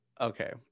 Okay